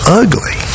ugly